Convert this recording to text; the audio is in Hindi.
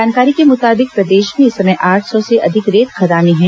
जानकारी के मुताबिक प्रदेश में इस समय आठ सौ से अधिक रेत खदाने हैं